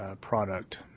product